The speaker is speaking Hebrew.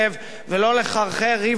ולא לחרחר ריב ומדון,